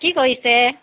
কি কৰিছে